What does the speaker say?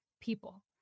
people